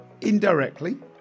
indirectly